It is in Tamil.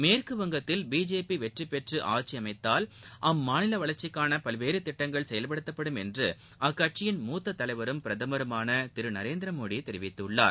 மேற்கு வங்கத்தில் பிஜேபி வெற்றி பெற்று ஆட்சி அமைத்தால் அம்மாநில வளர்ச்சிக்கான பல்வேறு திட்டங்கள் செயல்படுத்தப்படும் என்று அக்கட்சியின் மூத்த தலைவரும் பிரதமருமான திரு நரேந்திர மோடி தெரிவித்துள்ளார்